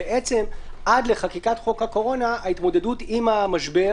עד לחקיקת חוק הקורונה ההתמודדות עם המשבר